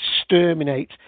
exterminate